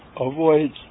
avoid